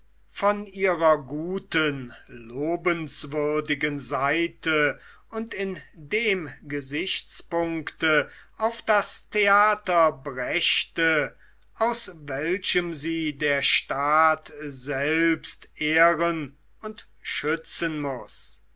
von ihrer guten lobenswürdigen seite und in dem gesichtspunkte auf das theater brächte aus welchem sie der staat selbst ehren und schützen muß